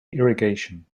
irrigation